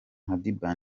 madiba